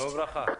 שלום וברכה.